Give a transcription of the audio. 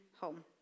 home